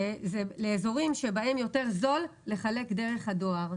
יותר זול לחלק דרך הדואר.